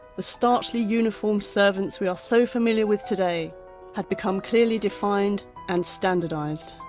the starchily uniformed servants we are so familiar with today had become clearly defined and standardised,